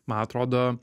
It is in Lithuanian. man atrodo